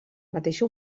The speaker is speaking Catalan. mateixa